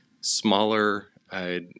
smaller